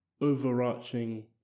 overarching